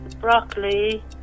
broccoli